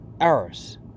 errors